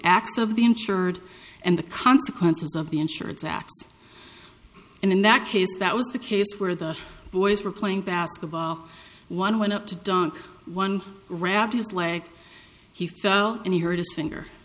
the insured and the consequences of the insureds act and in that case that was the case where the boys were playing basketball one went up to dunk one wrapped his leg he fell and hurt his finger